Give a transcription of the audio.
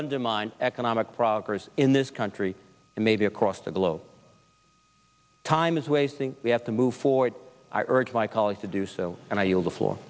undermine economic progress in this country and maybe across the globe time is wasting we have to move forward i urge my colleagues to do so and i